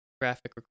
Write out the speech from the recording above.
graphic